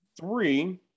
three